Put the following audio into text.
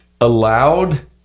allowed